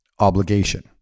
obligation